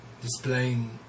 displaying